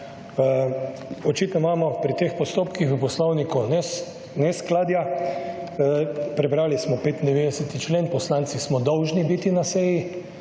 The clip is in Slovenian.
Očitno imamo pri teh postopkih v poslovniku neskladja. Prebrali smo 95. člen, poslanci smo dolžni biti na seji.